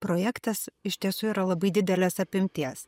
projektas iš tiesų yra labai didelės apimties